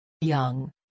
Young